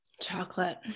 chocolate